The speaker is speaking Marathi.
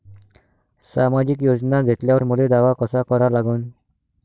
सामाजिक योजना घेतल्यावर मले दावा कसा करा लागन?